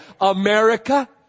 America